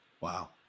Wow